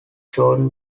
jordan